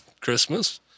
Christmas